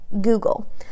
Google